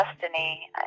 destiny